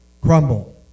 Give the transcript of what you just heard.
crumble